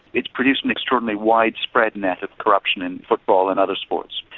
it's produced an extraordinarily widespread net of corruption in football and other sports,